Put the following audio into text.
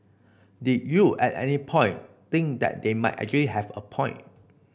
did you at any point think that they might actually have a point